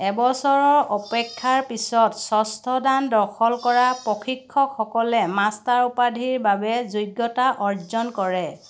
এবছৰৰ অপেক্ষাৰ পিছত ষষ্ঠ ডান দখল কৰা প্ৰশিক্ষকসকলে মাষ্টাৰ উপাধিৰ বাবে যোগ্যতা অৰ্জন কৰে